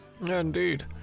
Indeed